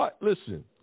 Listen